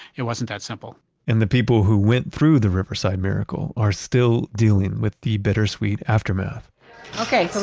it wasn't that simple and the people who went through the riverside miracle are still dealing with the bittersweet aftermath okay. so